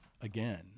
again